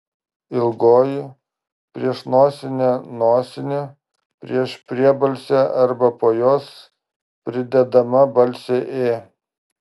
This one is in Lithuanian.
ilgoji prieš nosinę nosinė prieš priebalsę arba po jos pridedama balsė ė